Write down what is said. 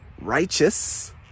righteous